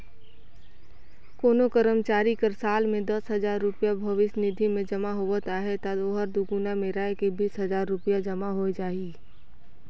कोनो करमचारी कर साल में दस हजार रूपिया भविस निधि में जमा होवत अहे ता ओहर दुगुना मेराए के बीस हजार रूपिया जमा होए जाही